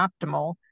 optimal